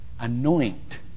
Anoint